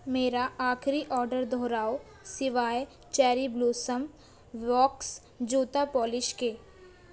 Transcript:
میرا آخری آڈر دہراؤ سوائے چیری بلوسم واکس جوتا پولش کے